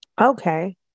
Okay